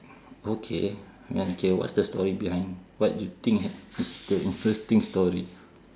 okay okay what is the story behind what you think is the interesting story